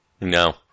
No